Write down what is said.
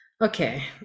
okay